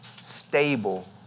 stable